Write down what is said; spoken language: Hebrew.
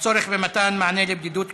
הצורך במתן מענה על בדידות קשישים,